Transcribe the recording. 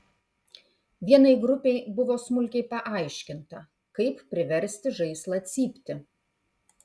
vienai grupei buvo smulkiai paaiškinta kaip priversti žaislą cypti